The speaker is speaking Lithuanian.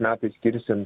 metais skirsim